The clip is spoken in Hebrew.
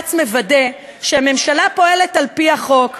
בג"ץ מוודא שהממשלה פועלת על-פי החוק,